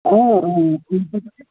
آ آ